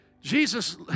Jesus